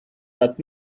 but